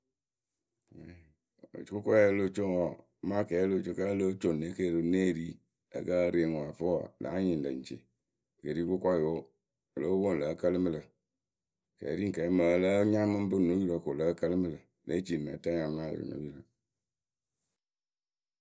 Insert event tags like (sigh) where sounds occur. (unintelligible) kʊkɔɛ o lo co ŋwɨ wɔ ma kɛɛ lo co kǝ́ o lóo co ne keeriu née ri ǝ kǝ ere ŋwɨ ǝ fɨ wɔ láa nyɩŋ lǝ̈ ŋ ci ke ri kʊkɔyoo o lóo pwoŋ lǝ́ǝ kǝlɨ mɨ lǝ̈ kɛɛri ŋ kɛɛ mɨŋ ǝ lǝ́ǝ nya mɨŋ pɨ no yurǝ ko lǝ́ǝ kǝlɨ mɨ lǝ̈ lée ci nǝ tǝ ya náa yɩrɩ no yurǝ.